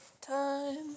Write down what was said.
time